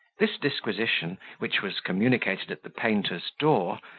this disquisition, which was communicated at the painter's door,